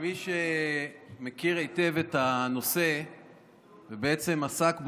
כמי שמכיר היטב את הנושא ובעצם עסק בו,